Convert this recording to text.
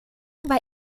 war